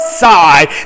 side